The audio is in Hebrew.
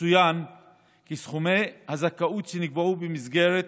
יצוין כי סכומי הזכאות שנקבעו במסגרת